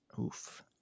oof